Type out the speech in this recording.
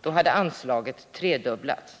Då hade anslaget tredubblats.